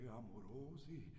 amorosi